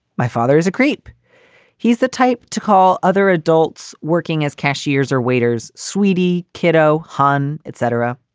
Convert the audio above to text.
my father is a creep he's the type to call other adults working as cashiers or waiters. sweetie, kiddo, hon, etc.